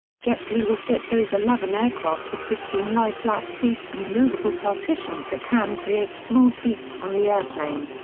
jetblue will fit those eleven aircraft with sixteen lie flat seats and moveable partitions that can create small suites on the airplane.